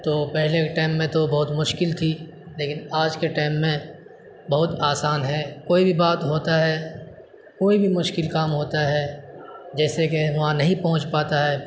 تو پہلے کے ٹائم میں تو بہت مشکل تھی لیکن آج کے ٹائم میں بہت آسان ہے کوئی بھی بات ہوتا ہے کوئی بھی مشکل کام ہوتا ہے جیسے کہ وہاں نہیں پہنچ پاتا ہے